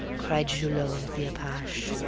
cried julot the apache.